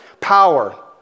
power